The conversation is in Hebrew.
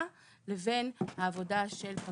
בין העבודה של זרוע העבודה,